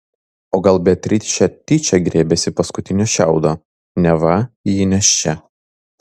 o gal beatričė tyčia griebėsi paskutinio šiaudo neva ji nėščia